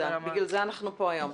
לכן אנחנו כאן היום.